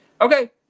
Okay